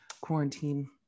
quarantine